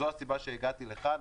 זו הסיבה שהגענו לכאן.